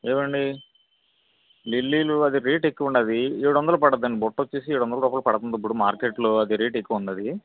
ఏవండీ లిల్లీలు అది రేట్ ఎక్కువండి అది ఏడువందలు పడుద్దండి బుట్ట వచ్చేసి ఏడువందలు రూపాయలు పడుతుంది ఇప్పుడు మార్కెట్ లో అది రేట్ ఎక్కువుంది అది